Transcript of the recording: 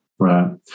Right